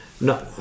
No